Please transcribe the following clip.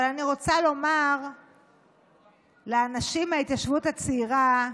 אבל אני רוצה לומר לאנשים מההתיישבות הצעירה,